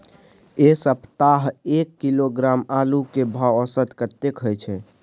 ऐ सप्ताह एक किलोग्राम आलू के भाव औसत कतेक होय छै?